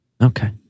Okay